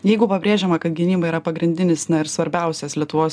jeigu pabrėžiama kad gynyba yra pagrindinis na ir svarbiausias lietuvos